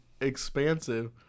expansive